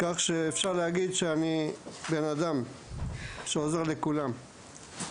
כך שאפשר להגיד שאני בן אדם שעוזר לכולם.